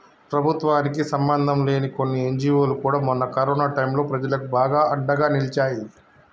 ప్రభుత్వానికి సంబంధంలేని కొన్ని ఎన్జీవోలు కూడా మొన్న కరోనా టైంలో ప్రజలకు బాగా అండగా నిలిచాయి